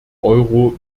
euro